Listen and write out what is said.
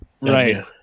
Right